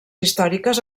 històriques